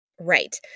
Right